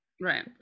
Right